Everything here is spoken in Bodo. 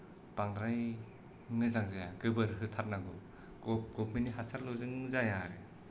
बांद्राय मोजां जाया गोबोर होथारनांगौ गभामेन्ट नि हासारल'जों जाया आरो